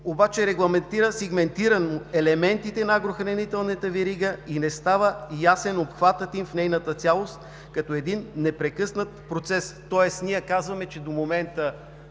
обаче сегментира елементите на агрохранителната верига и не става ясен обхватът ѝ в нейната цялост, като един непрекъснат процес. Тоест казваме, че до момента